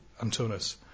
Antonis